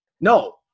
No